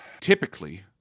typically